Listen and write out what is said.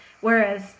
whereas